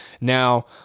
now